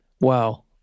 Wow